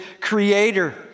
creator